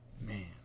man